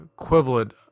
equivalent